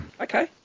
okay